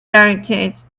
barricades